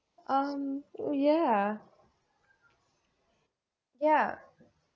um ya ya